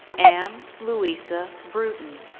ann louisa brewton.